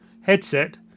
headset